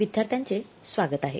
विद्यार्थ्यांचे स्वागत आहे